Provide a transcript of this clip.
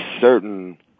certain